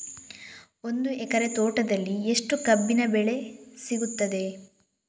ಒಂದು ಎಕರೆ ತೋಟದಲ್ಲಿ ಎಷ್ಟು ಕಬ್ಬಿನ ಬೆಳೆ ಸಿಗುತ್ತದೆ?